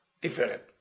different